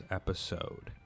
episode